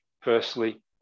firstly